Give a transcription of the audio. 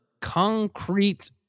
concrete